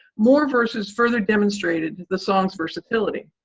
more verses further demonstrated the song's versatility.